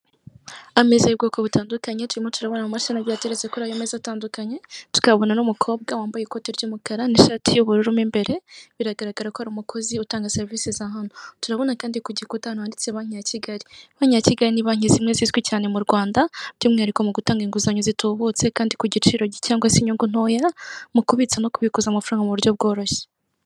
Ameza y'ubwoko butandukanye turimo turabona amamashini agiye ateretse kuri ayo meza atandukanye, tukahabona n'umukobwa wambaye ikote ry'umukara n'ishati y'ubururu mo imbere biragaragara ko ari umukozi utanga serivisi za hano, turabona kandi ku gikuta ahantu handitse "Banki ya Kigali". Banki ya Kigali ni banki zimwe zizwi cyane mu Rwanda, by'umwihariko mu gutanga inguzanyo zitubutse kandi ku giciro gito cyangwa se inyungu ntoya mu kubitsa no kubikaza amafaranga mu buryo bworoshye.